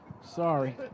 Sorry